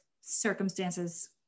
circumstances